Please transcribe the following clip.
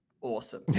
awesome